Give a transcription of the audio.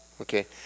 Okay